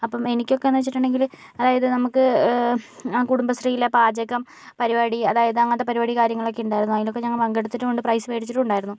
അപ്പോൾ എനിക്കൊക്കെ എന്ന് വെച്ചിട്ടുണ്ടെങ്കിൽ അതായത് നമുക്ക് കുടുംബശ്രീയിലെ പാചകം പരിപാടി അതായത് അങ്ങനത്തെ പരിപാടി കാര്യങ്ങളൊക്കെ ഉണ്ടായിരുന്നു അതിലൊക്കെ ഞങ്ങൾ പങ്കെടുത്തിട്ടുമുണ്ട് പ്രൈസ് മേടിച്ചിട്ടും ഉണ്ടായിരുന്നു